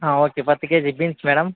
ஆ okay பத்து kg beans madam